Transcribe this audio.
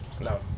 No